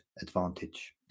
advantage